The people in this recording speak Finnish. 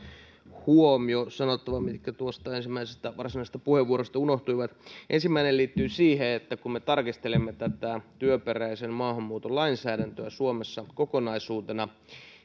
huomio mitkä tuosta ensimmäisestä varsinaisesta puheenvuorostani unohtuivat ensimmäinen liittyy siihen että kun me tarkistelemme tätä työperäisen maahanmuuton lainsäädäntöä suomessa kokonaisuutena